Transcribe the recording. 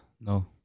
No